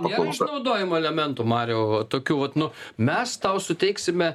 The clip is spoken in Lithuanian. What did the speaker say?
nėra išnaudojimo elementų mariau tokių vat nu mes tau suteiksime